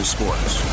Sports